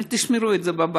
אל תשמרו את זה בבית.